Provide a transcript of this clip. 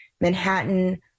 Manhattan